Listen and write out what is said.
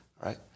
right